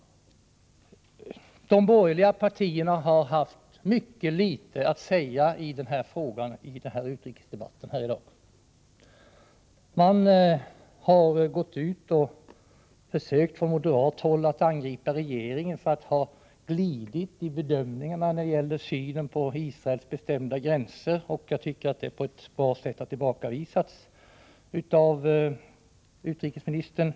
De borgerliga partierna har haft mycket litet att säga i den här frågan under utrikesdebatten i dag. Från moderat håll har man försökt angripa regeringen för att ha glidit i bedömningarna när det gäller synen på Israels bestämda gränser, och jag tycker att det på ett bra sätt har tillbakavisats av utrikesministern.